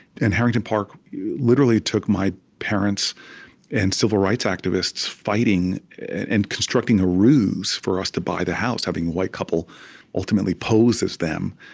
and harrington park literally took my parents and civil rights activists fighting and constructing a ruse, for us to buy the house. having a white couple ultimately pose as them,